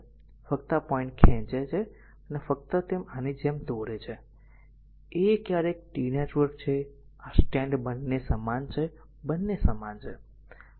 ફક્ત આ પોઈન્ટ ખેંચે છે અને ફક્ત તેને આની જેમ દોરે છે a a આ ક્યારેક t નેટવર્ક છે અને આ સ્ટેન્ડ બંને સમાન છે બંને સમાન છે